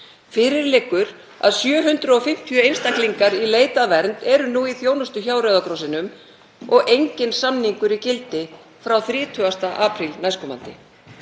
Fyrir liggur að 750 einstaklingar í leit að vernd eru nú í þjónustu hjá Rauða krossinum og enginn samningur í gildi frá 30. apríl næstkomandi.